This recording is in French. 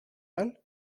mal